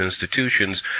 institutions